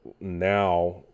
now